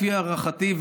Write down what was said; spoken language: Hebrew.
לפי הערכתי,